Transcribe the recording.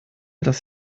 das